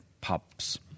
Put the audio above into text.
pubs